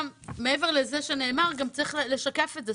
מעבר לזה שזה נאמר, גם צריך לשקף את זה.